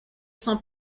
son